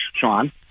Sean